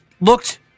looked